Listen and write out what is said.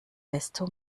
desto